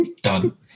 Done